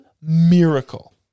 miracle